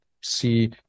see